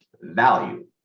value